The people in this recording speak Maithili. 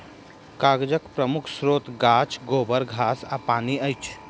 कागजक प्रमुख स्रोत गाछ, गोबर, घास आ पानि अछि